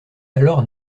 alors